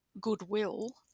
goodwill